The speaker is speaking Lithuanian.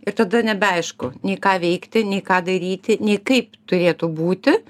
ir tada nebeaišku nei ką veikti nei ką daryti nei kaip turėtų būti